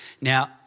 Now